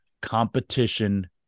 Competition